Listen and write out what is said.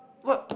what